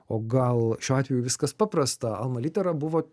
o gal šiuo atveju viskas paprasta alma litera buvo